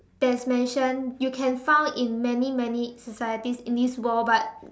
that is mentioned you can found in many many societies in this world but